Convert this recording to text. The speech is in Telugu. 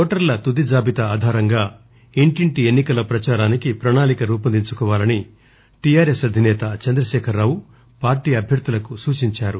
ఓటర్ల తుది జాబితా ఆధారంగా ఇంటింటి ఎన్ని కల ప్రచారానికి ప్రణాళిక రూపొందించుకోవాలని టీఆర్ఎస్ అధిసేత చంద్రశేఖర్ రావు పార్టీ అభ్యర్థులకు సూచించారు